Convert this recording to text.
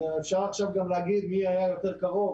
אפשר עכשיו גם להגיד מי היה יותר קרוב,